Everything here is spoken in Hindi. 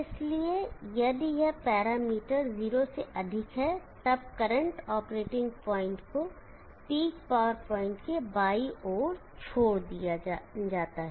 इसलिए यदि यह पैरामीटर 0 से अधिक है तब करंट ऑपरेटिंग पॉइंट को पीक पावर पॉइंट के बाईं ओर छोड़ दिया जाता है